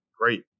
Great